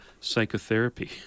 psychotherapy